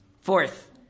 Fourth